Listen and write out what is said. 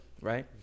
right